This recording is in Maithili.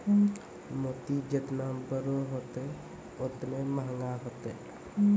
मोती जेतना बड़ो होतै, ओतने मंहगा होतै